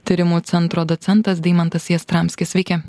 tyrimų centro docentas deimantas jastramskis sveiki